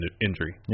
injury